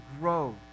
grow